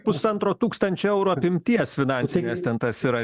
pusantro tūkstančio eurų apimties finansinės ten tas yra